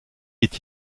est